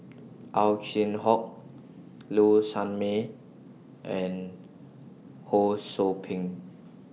Ow Chin Hock Low Sanmay and Ho SOU Ping